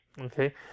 Okay